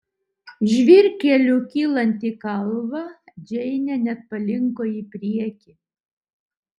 žvyrkeliu kylant į kalvą džeinė net palinko į priekį